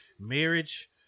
Marriage